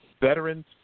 Veterans